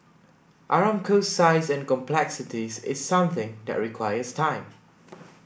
Aramco's size and complexities is something that requires time